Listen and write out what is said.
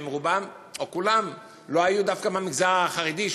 שרובם או כולם לא היו דווקא מהמגזר החרדי,